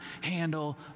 handle